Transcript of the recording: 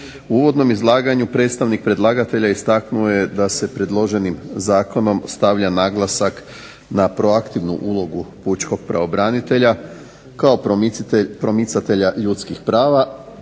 U uvodnom izlaganju predstavnik predlagatelja istaknuo je da se predloženim Zakonom stavlja naglasak na proaktivnu ulogu pučkog pravobranitelja kao promicatelja ljudskih prava